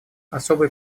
особые